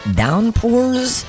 downpours